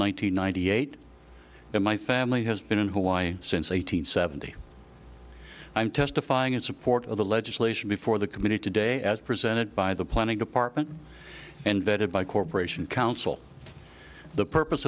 hundred ninety eight my family has been in hawaii since eight hundred seventy i'm testifying in support of the legislation before the committee today as presented by the planning department and vetted by corporation counsel the purpose